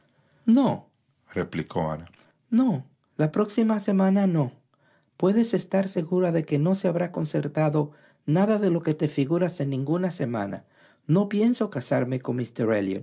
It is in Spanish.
elliot noreplicó ana la próxima semana no puedes estar segura de que no se habrá concertado nada de lo que te figuras en ninguna sew mana no pienso casarme con